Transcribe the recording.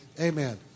Amen